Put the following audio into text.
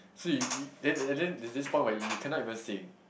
so you you then and then there's this point where you cannot even sink